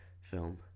film